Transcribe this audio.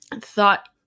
thought